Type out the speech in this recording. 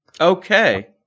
Okay